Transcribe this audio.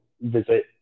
visit